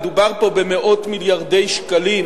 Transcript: מדובר פה במאות מיליארדי שקלים,